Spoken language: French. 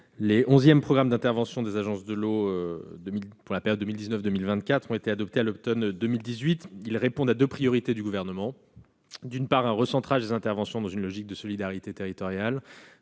Les onzièmes programmes d'intervention des agences de l'eau pour la période 2019-2024 ont été adoptés à l'automne 2018. Ils répondent à deux priorités du Gouvernement : d'une part, un recentrage des interventions dans une logique de solidarité territoriale